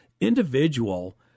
individual